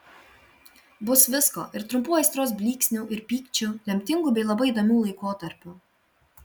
bus visko ir trumpų aistros blyksnių ir pykčių lemtingų bei labai įdomių laikotarpių